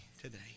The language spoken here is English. today